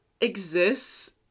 exists